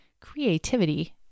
creativity